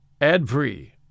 ad-free